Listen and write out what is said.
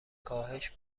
کاهش